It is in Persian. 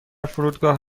فرودگاه